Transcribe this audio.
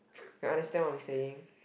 you understand what I'm saying